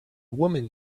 woman